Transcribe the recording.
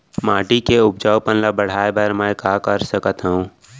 माटी के उपजाऊपन ल बढ़ाय बर मैं का कर सकथव?